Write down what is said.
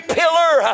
pillar